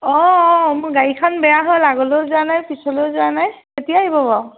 অঁ অঁ মোৰ গাড়ীখন বেয়া হ'ল আগলৈয়ো যোৱা নাই পিছলৈয়ো যোৱা নাই কেতিয়া আহিব বাৰু